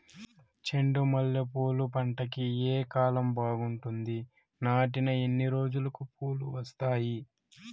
చెండు మల్లె పూలు పంట కి ఏ కాలం బాగుంటుంది నాటిన ఎన్ని రోజులకు పూలు వస్తాయి